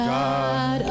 God